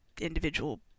individual